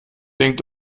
denkt